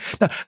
Now